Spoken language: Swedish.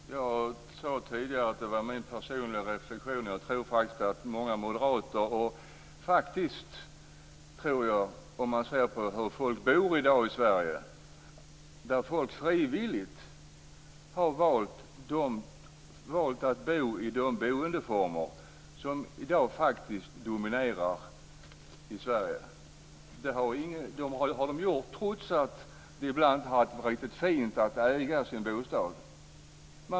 Fru talman! Jag sade tidigare att det var min personliga reflexion, men jag tror att många moderater instämmer. Om man ser på hur folk bor i dag i Sverige har människor frivilligt valt att bo i de boendeformer som i dag dominerar i Sverige. Det har de gjort trots att det ibland inte har varit riktigt fint att äga sin bostad.